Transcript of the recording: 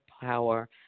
power